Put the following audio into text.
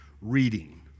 reading